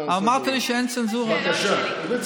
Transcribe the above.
לא דברים אחרים, בסדר?